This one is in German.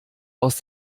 aus